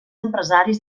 empresaris